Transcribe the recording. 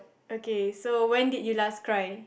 okay so when did you last cry